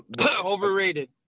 overrated